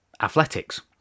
athletics